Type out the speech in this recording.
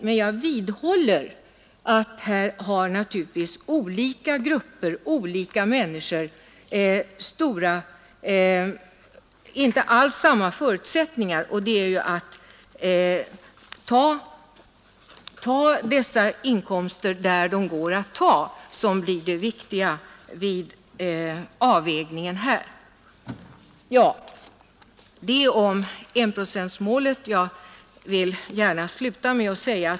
Men jag vidhåller att olika grupper och människor inte alls har samma förutsättningar att medverka. Vid avvägningen av biståndets storlek är det viktigt att ta pengarna där de finns att ta.